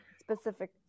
Specific